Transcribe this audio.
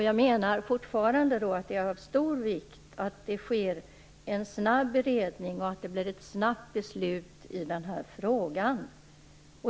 Jag menar fortfarande att det är av stor vikt att det sker en snabb beredning och att ett beslut snabbt fattas i den här frågan.